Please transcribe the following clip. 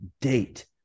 date